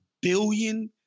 billion